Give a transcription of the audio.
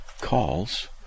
calls